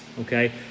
okay